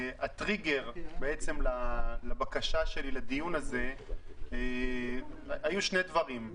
הטריגר לבקשה שלי לדיון הזה היה שני דברים,